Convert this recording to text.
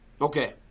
Okay